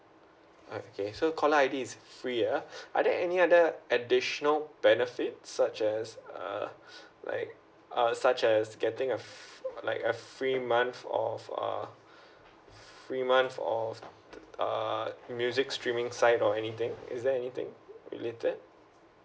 okay so caller I_D is free ah are there any other additional benefits such as uh like uh such as getting a f~ like a free month of uh free months of uh music streaming side or anything is there anything related